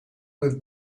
with